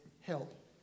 help